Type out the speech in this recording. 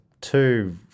two